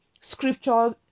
scriptures